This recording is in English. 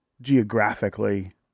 geographically